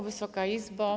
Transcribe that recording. Wysoka Izbo!